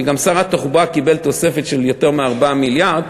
שר התחבורה קיבל תוספת של יותר מ-4 מיליארד.